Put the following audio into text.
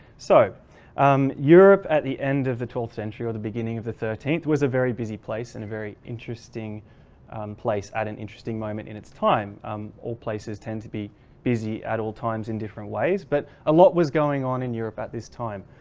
so um europe at the end of the twelfth century or the beginning of the thirteenth was a very busy place and a very interesting place at an interesting moment in its time um all places tend to be busy at all times in different ways but a lot was going on in europe at this time.